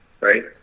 Right